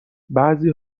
بعضی